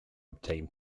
obtain